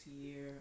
year